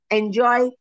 enjoy